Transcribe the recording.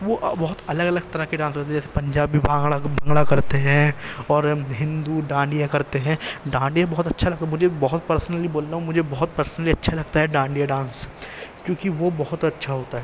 وہ بہت الگ الگ طرح کے ڈانس ہوتے ہیں جیسے پنجابی بھانگڑا کا بھانگڑا کرتے ہیں اور ہندو ڈانڈیا کرتے ہیں ڈانڈیا بہت اچھا لگتا مجھے بہت پرسنلی بول رہا ہوں مجھے بہت پرسنلی اچھا لگتا ہے ڈانڈیا ڈانس کیونکہ وہ بہت اچھا ہوتا ہے